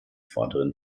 vorderen